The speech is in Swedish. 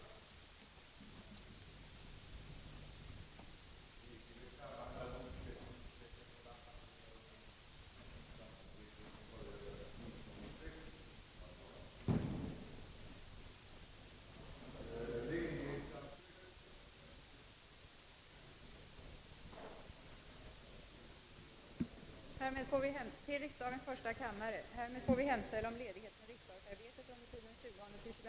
Härmed få vi hemställa om ledighet från riksdagsarbetet under tiden den 20 —den 22 januari 1967 för att på inbjudan av chefen för flygvapnet deltaga i en studieresa till FN-förläggningen på Cypern.